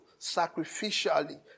sacrificially